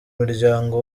muryango